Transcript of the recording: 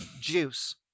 Juice